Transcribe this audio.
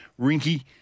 Rinky